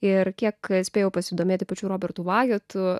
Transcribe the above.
ir kiek spėjau pasidomėti pačiu robertu vajotu